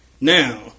Now